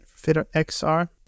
FitXR